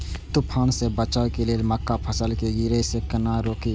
तुफान से बचाव लेल मक्का फसल के गिरे से केना रोकी?